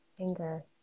Anger